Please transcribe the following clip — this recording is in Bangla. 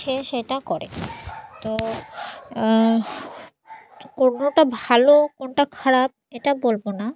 সে সেটা করে তো কোনোটা ভালো কোনটা খারাপ এটা বলব না